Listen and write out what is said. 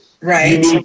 Right